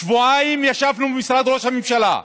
שבועיים ישבנו במשרד ראש הממשלה.